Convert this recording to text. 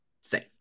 safe